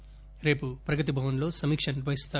రావు రేపు ప్రగతిభవన్ లో సమీక్ష నిర్వహిస్తారు